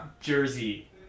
jersey